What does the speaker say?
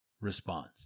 response